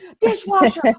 dishwasher